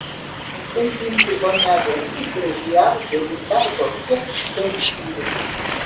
antai binkių onelė taip gražiai audžia ir darbo kiek daug turi